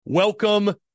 Welcome